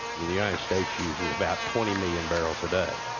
and the united states uses about twenty million barrels a day,